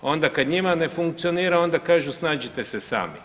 Onda kad njima ne funkcionira onda kažu snađite se sami.